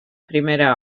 primera